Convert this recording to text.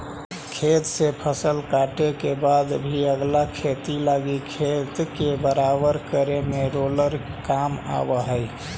खेत से फसल काटे के बाद भी अगला खेती लगी खेत के बराबर करे में रोलर काम आवऽ हई